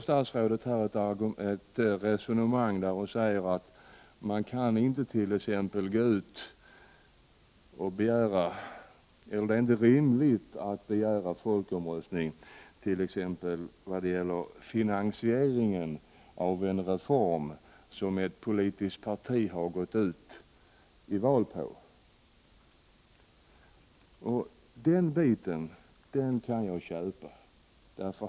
Statsrådet för ett resonemang, där hon säger att det inte är rimligt att begära folkomröstning t.ex. när det gäller finansieringen av en reform som ett politiskt parti har gått till val på. Den biten kan jag köpa.